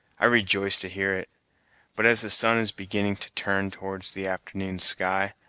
i rejoice to hear it but as the sun is beginning to turn towards the afternoon's sky,